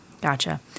Gotcha